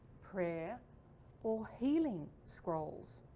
prayer or healing scrolls.